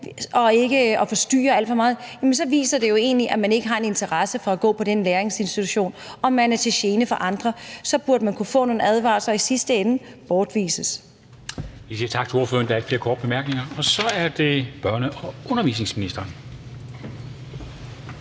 og hvis man forstyrrer alt for meget, så viser det jo egentlig, at man ikke har en interesse for at gå på den læringsinstitution og i øvrigt er til gene for andre, og så burde man kunne få nogle advarsler og i sidste ende bortvises.